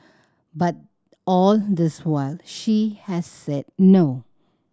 but all this while she has said no